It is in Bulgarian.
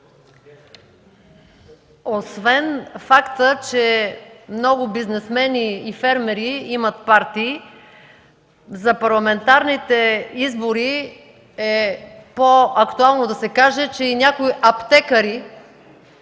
Освен факта, че много бизнесмени и фермери имат партии, за парламентарните избори е по-актуално да се каже, че и някои аптекари